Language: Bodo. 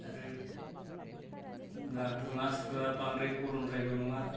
आरो दुङा सुवा बांद्राय गरमद्रायबो नङा